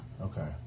Okay